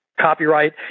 copyright